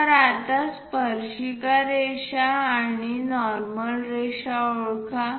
तर आता स्पर्शिका रेषा आणि नॉर्मल रेषा ओळखा